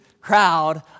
crowd